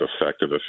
effective